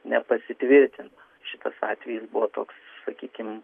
nepasitvirtina šitas atvejis buvo toks sakykime